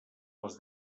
les